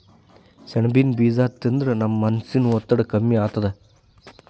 ಸೆಣಬಿನ್ ಬೀಜಾ ತಿಂದ್ರ ನಮ್ ಮನಸಿನ್ ಒತ್ತಡ್ ಕಮ್ಮಿ ಆತದ್